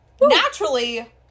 Naturally